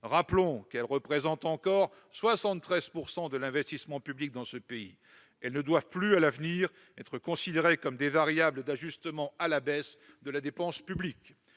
rappelons qu'elles représentent encore 73 % de l'investissement public. Elles ne doivent plus à l'avenir être considérées comme des variables d'ajustement à la baisse de la dépense publique.